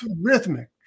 rhythmic